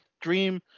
dream